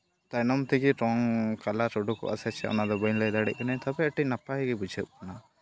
ᱛᱟᱭᱱᱚᱢ ᱛᱮᱜᱮ ᱨᱚᱝ ᱠᱟᱞᱟᱨ ᱩᱰᱩᱠᱚᱜᱼᱟ ᱥᱮ ᱪᱮᱫ ᱚᱱᱟ ᱫᱚ ᱵᱟᱹᱧ ᱞᱟᱹᱭ ᱫᱟᱲᱮᱭᱟᱜ ᱠᱟᱱᱟᱹᱧ ᱛᱚᱵᱮ ᱚᱱᱟ ᱫᱚ ᱟᱹᱰᱤ ᱱᱟᱯᱟᱭ ᱜᱮ ᱵᱩᱡᱷᱟᱹᱜ ᱠᱟᱱᱟ